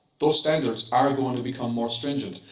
those standards are going to become more stringent.